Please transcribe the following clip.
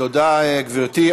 תודה, גברתי.